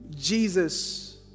Jesus